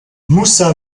moussa